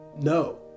no